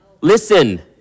Listen